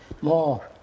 more